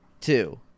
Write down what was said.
Two